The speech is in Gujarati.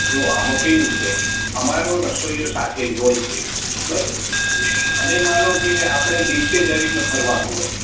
જોવો આમાં કેવું છે અમારો રસોઇયો સાથે જ હોય છે બરાબર એટલે અમે માનો કે આપણે દિવસે દરેકને ફરવાનું હોય